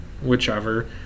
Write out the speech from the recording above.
whichever